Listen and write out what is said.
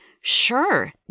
Sure